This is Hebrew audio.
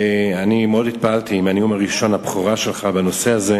ומאוד התפעלתי מנאום הבכורה שלך בנושא הזה.